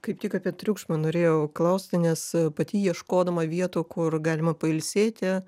kaip tik apie triukšmą norėjau klausti nes pati ieškodama vietų kur galima pailsėti